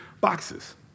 boxes